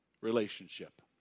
relationship